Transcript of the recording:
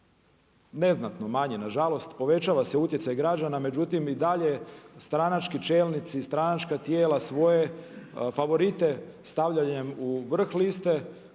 neznatno manji nažalost, povećava se utjecaj građana. Međutim i dalje stranački čelnici i stranačka tijela svoje favorite stavljanjem u vrh liste